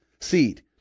seed